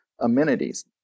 amenities